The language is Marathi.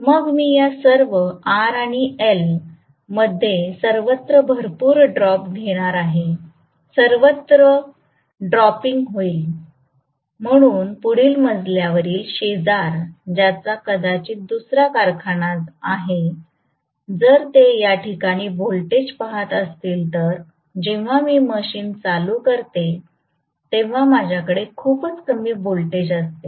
मग मी या सर्व आर आणि एल मध्ये सर्वत्र भरपूर ड्रॉप घेणार आहे सर्वत्र ड्रॉपिंग होईल म्हणून पुढील मजल्यावरील शेजार ज्याचा कदाचित दुसरा कारखाना आहे जर ते या ठिकाणी व्होल्टेज पहात असतील तर जेव्हा मी मशीन चालू करतो तेव्हा माझ्याकडे खूपच कमी व्होल्टेज असते